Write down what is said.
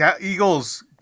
Eagles